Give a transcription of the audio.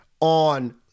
on